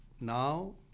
Now